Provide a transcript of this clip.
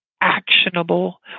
Actionable